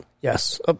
Yes